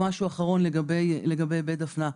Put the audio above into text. משהו אחרון לגבי בית דפנה,